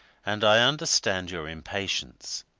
and i understand your impatience.